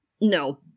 No